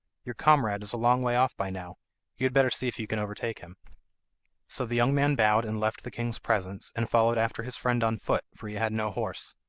your comrade is a long way off by now you had better see if you can overtake him so the young man bowed and left the king's presence, and followed after his friend on foot, for he had no horse.